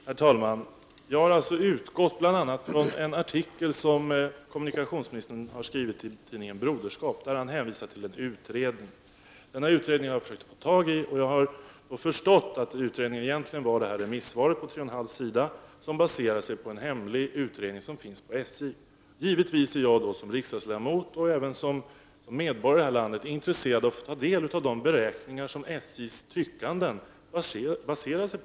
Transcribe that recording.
Herr talman! Jag har alltså utgått bl.a. från en artikel som kommunikationsministern har skrivit i tidningen Broderskap, där han hänvisar till en utredning. Jag har försökt få tag i denna utredning, och jag har då kommit underfund med att utredningen egentligen var detta remissvar på tre och en halv sida som baseras på en hemlig utredning som finns på SJ. Givetvis är jag då som riksdagsledamot och även som medborgare i det här landet intresserad av att få ta del av de beräkningar som SJ:s tyckanden baseras på.